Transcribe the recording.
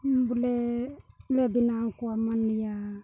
ᱵᱚᱞᱮ ᱞᱮ ᱵᱮᱱᱟᱣ ᱠᱚᱣᱟ ᱢᱟᱱ ᱞᱤᱭᱟ